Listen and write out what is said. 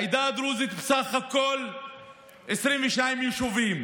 העדה הדרוזית, בסך הכול 22 יישובים.